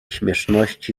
śmieszności